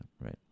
Right